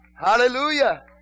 Hallelujah